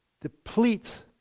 depletes